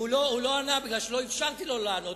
הוא לא ענה, בגלל שלא אפשרתי לו לענות.